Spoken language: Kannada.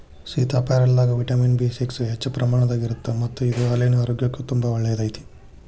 ಸೇತಾಪ್ಯಾರಲದಾಗ ವಿಟಮಿನ್ ಬಿ ಸಿಕ್ಸ್ ಹೆಚ್ಚಿನ ಪ್ರಮಾಣದಾಗ ಇರತ್ತದ ಮತ್ತ ಇದು ಹಲ್ಲಿನ ಆರೋಗ್ಯಕ್ಕು ತುಂಬಾ ಒಳ್ಳೆಯದೈತಿ